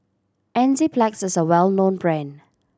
Enzyplex is a well known brand